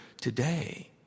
today